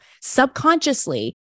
subconsciously